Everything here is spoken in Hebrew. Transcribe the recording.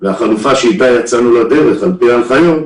והחלופה שאתה יצאנו לדרך על פי ההנחיות,